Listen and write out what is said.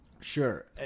Sure